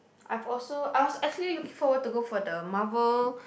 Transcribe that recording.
I'm also I was actually looking forward to go for the Marvel